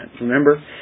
Remember